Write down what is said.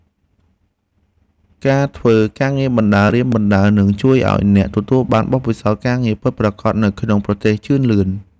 ការធ្វើការងារបណ្តើររៀនបណ្តើរនឹងជួយឱ្យអ្នកទទួលបានបទពិសោធន៍ការងារពិតប្រាកដនៅក្នុងប្រទេសជឿនលឿន។